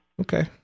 Okay